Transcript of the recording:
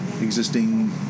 existing